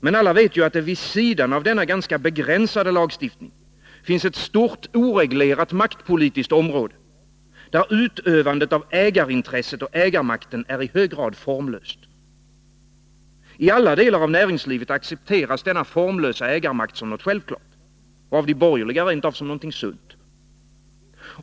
Men alla vet att det vid sidan av denna ganska begränsade lagstiftning finns ett stort oreglerat maktpolitiskt område, där utövandet av ägarintresset är i hög grad formlöst. I alla delar av näringslivet accepteras denna formlösa ägarmakt som något självklart — och av de borgerliga rent av som något sunt.